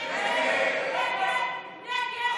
נגד נגד,